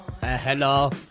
hello